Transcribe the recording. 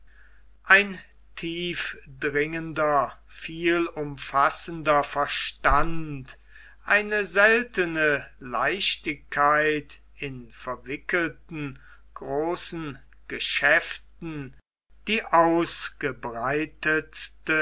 ein tiefdringender vielumfassender verstand eine seltne leichtigkeit in verwickelten großen geschäften die ausgebreitetste